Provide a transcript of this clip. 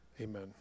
Amen